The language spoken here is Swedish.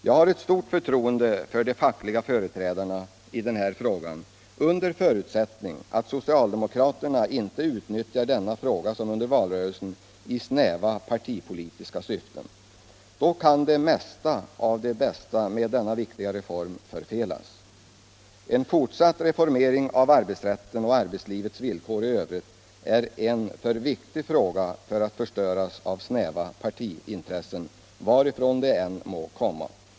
Jag har ett stort förtroende för de fackliga företrädarna härvidlag under förutsättning att socialdemokraterna inte, som under valrörelsen, utnyttjar frågan i snäva partipolitiska syften. Då kan det mesta av det bästa med denna viktiga reform förfelas. En fortsatt reformering av arbetsrätten och arbetslivets villkor i övrigt är en för viktig fråga för att förstöras av snäva partiintressen, varifrån de än må komma.